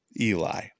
Eli